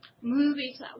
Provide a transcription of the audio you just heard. movies